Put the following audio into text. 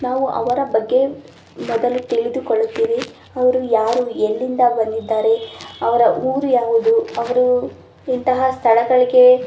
ನಾವು ಅವರ ಬಗ್ಗೆ ಮೊದಲು ತಿಳಿದುಕೊಳ್ಳುತ್ತೀವಿ ಅವರು ಯಾರು ಎಲ್ಲಿಂದ ಬಂದಿದ್ದಾರೆ ಅವರ ಊರು ಯಾವುದು ಅವರು ಇಂತಹ ಸ್ಥಳಗಳಿಗೆ